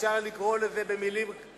אפשר לקרוא לו הזנחה.